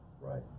Right